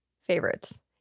favorites